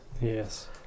yes